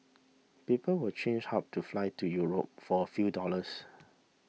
people will change hubs to fly to Europe for a few dollars